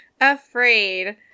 afraid